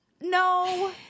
No